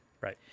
right